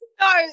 No